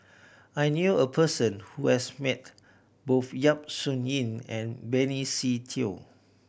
I knew a person who has met both Yap Su Yin and Benny Se Teo